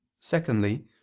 secondly